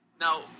Now